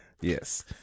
Yes